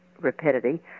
rapidity